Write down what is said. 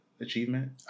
achievement